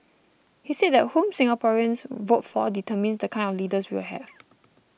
he said that whom Singaporeans vote for determines the kind of leaders we will have